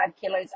kilos